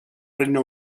regne